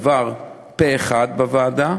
עבר פה-אחד בוועדה,